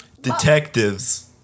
Detectives